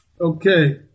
Okay